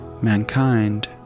Mankind